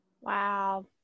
Wow